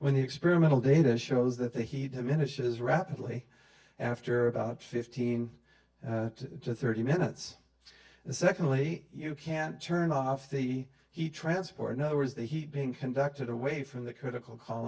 when the experimental data shows that he diminishes rapidly after about fifteen to thirty minutes and secondly you can't turn off the he transport in other words that he being conducted away from the critical c